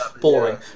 boring